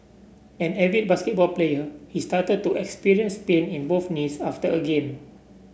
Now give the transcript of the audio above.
an avid basketball player he started to experience pain in both knees after a game